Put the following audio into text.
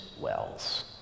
wells